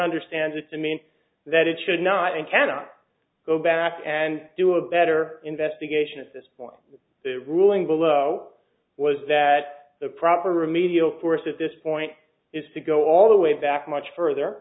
understands it to mean that it should not and cannot go back and do a better investigation at this point ruling below was that the proper remedial force at this point is to go all the way back much further